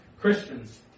Christians